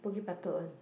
Bukit-Batok one